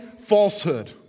falsehood